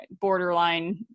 borderline